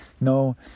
no